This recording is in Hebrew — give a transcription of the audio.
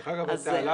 דרך אגב, התעלה